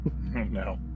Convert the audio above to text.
No